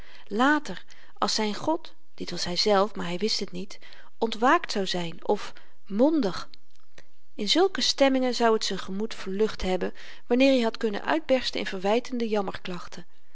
later als zyn god dit was hyzelf maar hy wist het niet ontwaakt zou zyn of mondig in zulke stemmingen zou t z'n gemoed verlucht hebben wanneer i had kunnen uitbersten in verwytende